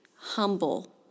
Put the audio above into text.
humble